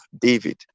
David